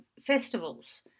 festivals